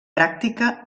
pràctica